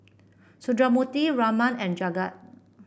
Sundramoorthy Raman and Jagat